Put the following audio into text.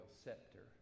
scepter